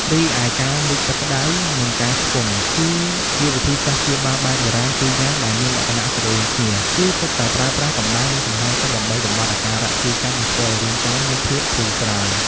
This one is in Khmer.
រីឯការមុជទឹកក្តៅ និងការឆ្ពង់ គឺជាវិធីសាស្ត្រព្យាបាលបែបបុរាណពីរយ៉ាងដែលមានលក្ខណៈស្រដៀងគ្នា គឺសុទ្ធតែប្រើប្រាស់ កម្ដៅ និងចំហាយទឹក ដើម្បីបំបាត់អាការៈឈឺចាប់ និងធ្វើឲ្យរាងកាយមានភាពធូរស្រាល។